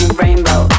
rainbow